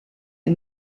and